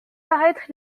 paraître